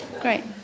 great